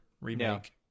remake